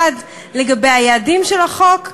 1. לגבי היעדים של החוק,